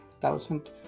thousand